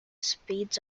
speeds